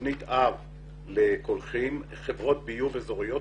תוכנית אב לקולחין, חברות ביוב אזוריות.